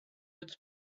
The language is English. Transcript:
its